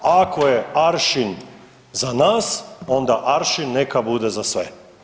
Ako je aršin za nas, onda aršin neka bude za sve.